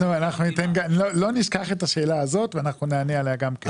אנחנו לא נשכח את השאלה הזאת ואנחנו נענה עליה גם כן.